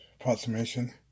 approximation